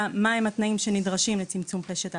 מה הם התנאים שנדרשים לצמצום פשט ההצפה,